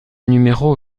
numéro